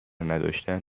نداشتن